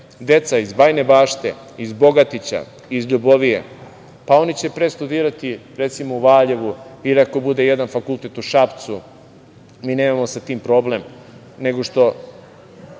deca iz Bajine Bašte, iz Bogatića i iz Ljubovije, pa oni će pre studirati, recimo, u Valjevu ili ako bude jedan fakultet u Šapcu, mi nemamo sa tim problem. Jeftinije